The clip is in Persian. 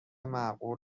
معقول